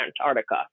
Antarctica